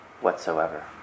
whatsoever